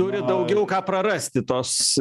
turi daugiau ką prarasti tos